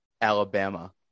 Alabama